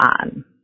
on